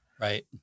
Right